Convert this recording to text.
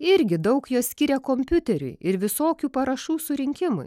irgi daug jo skiria kompiuteriui ir visokių parašų surinkimui